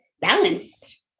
balanced